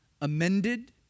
amended